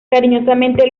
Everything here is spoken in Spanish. cariñosamente